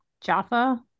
Jaffa